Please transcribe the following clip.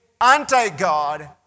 anti-God